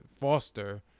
Foster